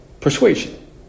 persuasion